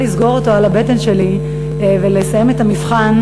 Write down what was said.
לסגור אותו על הבטן שלי ולסיים את המבחן.